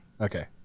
Okay